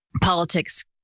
politics